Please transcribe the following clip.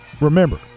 remember